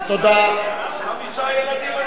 חמישה ילדים, תודה.